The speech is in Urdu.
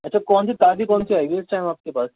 اچھا کون سی تازی کون سی آئیگی اس ٹائم آپ کے پاس